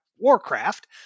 Warcraft